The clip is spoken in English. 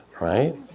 right